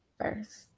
first